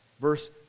verse